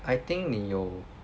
I think 你有